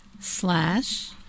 Slash